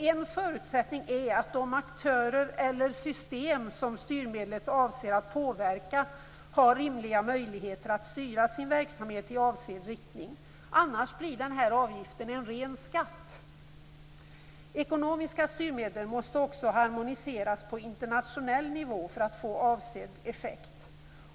En förutsättning är att de aktörer eller system som styrmedlet avser att påverka har rimliga möjligheter att styra sin verksamhet i avsedd riktning. Annars blir avgiften en ren skatt. Ekonomiska styrmedel måste också harmoniseras på internationell nivå för att få avsedd effekt.